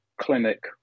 clinic